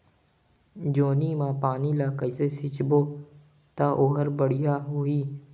जोणी मा पानी ला कइसे सिंचबो ता ओहार बेडिया होही?